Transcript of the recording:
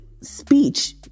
speech